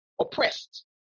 oppressed